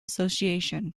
association